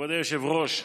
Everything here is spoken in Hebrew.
כבוד היושב-ראש,